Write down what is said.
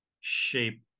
shape